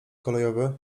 kolejowy